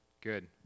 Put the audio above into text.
good